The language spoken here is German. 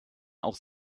auch